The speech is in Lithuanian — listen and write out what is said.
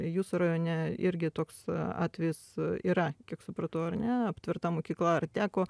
jūsų rajone irgi toks atvejis yra kiek supratau ar ne aptverta mokykla ar teko